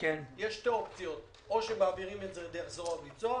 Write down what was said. יש שתי אופציות: או שמעבירים את זה דרך זרוע ביצוע,